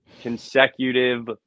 consecutive